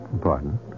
pardon